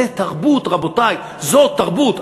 זו תרבות, רבותי, זו תרבות.